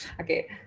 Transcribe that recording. Okay